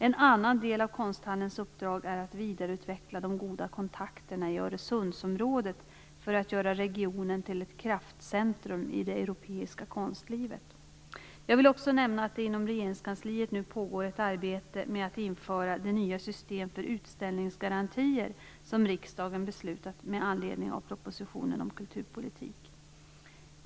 En annan del av konsthallens uppdrag är att vidareutveckla de goda kontakterna i Öresundsområdet för att göra regionen till ett kraftcentrum i det europeiska konstlivet. Jag vill också nämna att det inom Regeringskansliet nu pågår ett arbete med att införa det nya system för utställningsgarantier som riksdagen beslutat med anledning av propositionen Kulturpolitik .